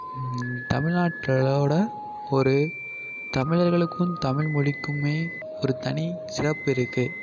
தமிழ்நாட்ட ஒரு தமிழர்களுக்கும் தமிழ் மொழிக்குமே ஒரு தனிச்சிறப்பு இருக்குது